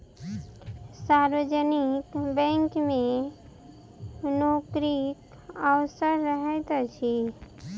सार्वजनिक बैंक मे नोकरीक अवसर रहैत अछि